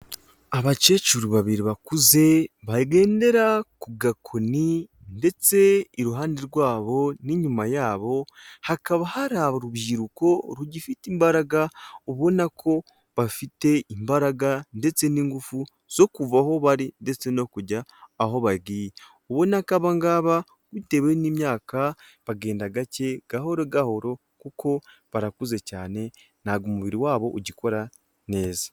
Abakecuru babiri bakuze bagendera ku gakoni ndetse iruhande rw'abo n'inyuma y'abo hakaba hari urubyiruko rugifite imbaraga ubona ko bafite imbaraga ndetse n'ingufu zo kuva aho bari ndetse no kujya aho bagiye. Ubonako aba ngaba bitewe n'imyaka bagenda gake gahoro gahoro k'uko barakuze cyane ntabwo umubiri wabo ugikora neza.